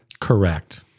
Correct